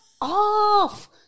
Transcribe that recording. off